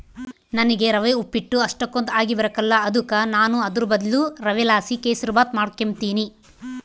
ನನಿಗೆ ರವೆ ಉಪ್ಪಿಟ್ಟು ಅಷ್ಟಕೊಂದ್ ಆಗಿಬರಕಲ್ಲ ಅದುಕ ನಾನು ಅದುರ್ ಬದ್ಲು ರವೆಲಾಸಿ ಕೆಸುರ್ಮಾತ್ ಮಾಡಿಕೆಂಬ್ತೀನಿ